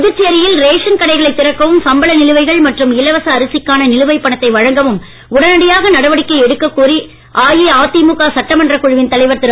புதுச்சேரியில் ரேஷன் கடைகளை திறக்கவும் சம்பள நிலுவைகள் மற்றும் இலவச அரசிக்கான நிலுவைப் பணத்தை வழங்கவும் உடனடியாக நடவடிக்கை எடுக்கக் கோரி அஇஅதிமுக சட்டமன்றக் குழுவின் தலைவர் திரு